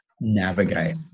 navigate